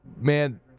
Man